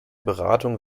beratung